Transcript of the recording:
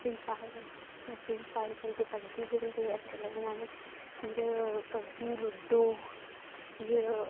Free Fire Free Fire खेलदे PUBG खेलदे अजकल्ल दे ञ्याणे फिर पब जी लूडो फिर